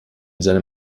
seinem